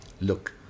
Look